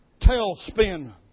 tailspin